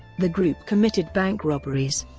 the group committed bank robberies,